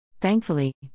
Thankfully